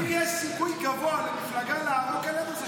אם יש סיכוי גבוה למפלגה לערוק אלינו,